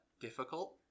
difficult